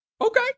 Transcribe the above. okay